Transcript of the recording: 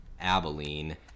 Abilene